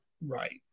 Right